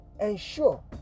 ensure